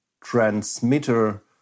transmitter